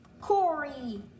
Corey